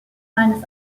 meines